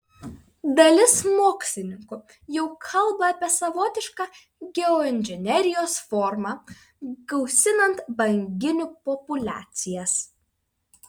dalis mokslininkų jau kalba apie savotišką geoinžinerijos formą gausinant banginių populiacijas